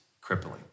crippling